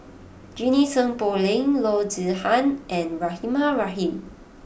Junie Sng Poh Leng Loo Zihan and Rahimah Rahim